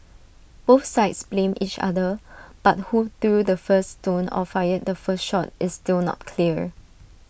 both sides blamed each other but who threw the first stone or fired the first shot is still not clear